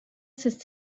seis